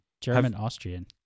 German-Austrian